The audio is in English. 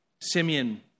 Simeon